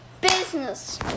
Business